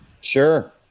Sure